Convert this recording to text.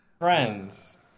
Friends